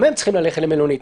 גם הם צריכים ללכת למלונית.